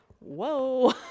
whoa